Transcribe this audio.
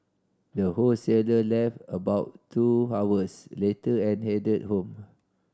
the wholesaler left about two hours later and headed home